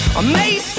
Amazing